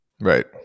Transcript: Right